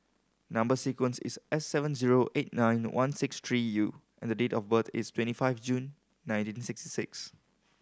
number sequence is S seven zero eight nine one six three U and the date of birth is twenty five June nineteen sixty six